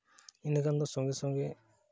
ᱤᱱᱟᱹ ᱠᱷᱟᱱ ᱫᱚ ᱥᱚᱸᱜᱮ ᱥᱚᱸᱜᱮ